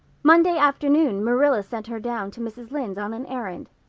monday afternoon marilla sent her down to mrs. lynde's on an errand.